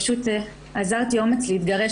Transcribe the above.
פשוט אזרתי אומץ להתגרש.